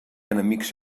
enemics